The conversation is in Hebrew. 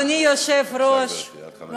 אדוני היושב-ראש, בבקשה, גברתי, עד חמש דקות.